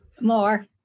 more